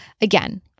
again